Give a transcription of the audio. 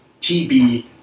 TB